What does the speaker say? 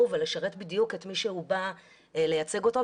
ולשרת בדיוק את מי שהוא בא לייצג אותו,